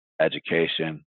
education